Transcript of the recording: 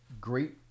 great